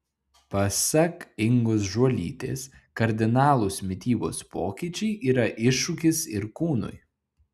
pasak ingos žuolytės kardinalūs mitybos pokyčiai yra iššūkis ir kūnui